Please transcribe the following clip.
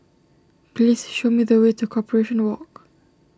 please show me the way to Corporation Walk